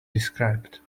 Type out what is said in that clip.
described